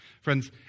Friends